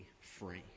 free